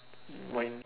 mine